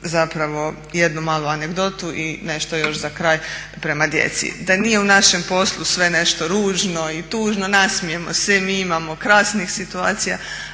zapravo jednu malu anegdotu i nešto još za kraj prema djeci. Da nije u našem poslu sve nešto ružno i tužno, nasmijemo se i mi, imamo krasnih situacija,